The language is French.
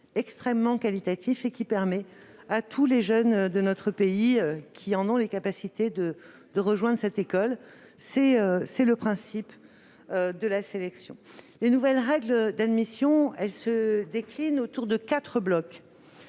recrutement permet à tous les jeunes de notre pays qui en ont les capacités de rejoindre cette école. C'est le principe même de la sélection. Les nouvelles règles d'admission à Sciences Po se déclinent autour de quatre blocs.